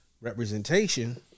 representation